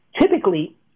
typically